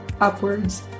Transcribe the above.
upwards